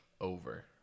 Over